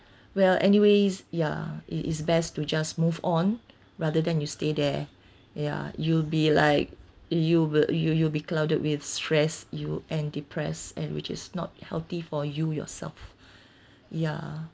well anyways ya it is best to just move on rather than you stay there ya you'll be like you will you you'll be clouded with stress you and depress and which is not healthy for you yourself ya